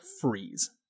freeze